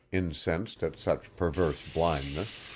incensed at such perverse blindness,